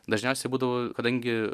dažniausiai būdavo kadangi